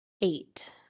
eight